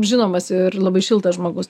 žinomas ir labai šiltas žmogus